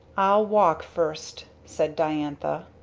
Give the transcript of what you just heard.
i'll walk first! said diantha.